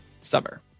summer